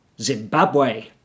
Zimbabwe